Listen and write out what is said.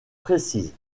précises